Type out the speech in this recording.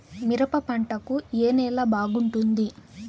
మిరప పంట కు ఏ నేల బాగుంటుంది?